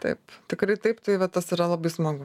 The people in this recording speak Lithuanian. taip tikrai taip tai va tas yra labai smagu